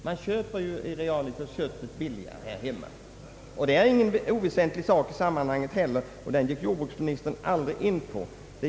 Man köper ju realiter köttet billigare här hemma. Detta är inte någon oväsentlig sak i sammanhanget, men den gick jordbruksministern inte in på.